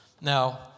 Now